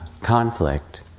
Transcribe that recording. conflict